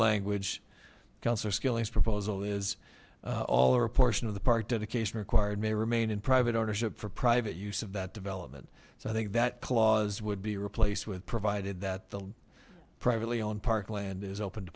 skilling's proposal is all or a portion of the part dedication required may remain in private ownership for private use of that development so i think that clause would be replaced with provided that the privately owned park land is open to